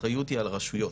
האחריות היא על הרשויות.